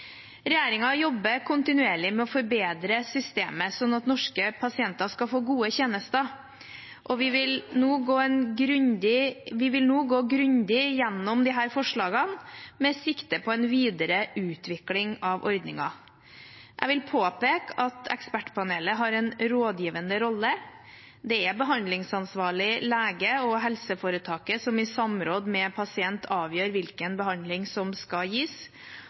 jobber kontinuerlig med å forbedre systemet, slik at norske pasienter skal få gode tjenester. Vi vil nå gå grundig gjennom disse forslagene med sikte på en videre utvikling av ordningen. Jeg vil påpeke at Ekspertpanelet har en rådgivende rolle. Det er behandlingsansvarlig lege og helseforetaket som i samråd med pasienten avgjør hvilken behandling som skal gis.